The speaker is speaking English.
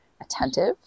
attentive